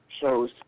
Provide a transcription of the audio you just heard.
shows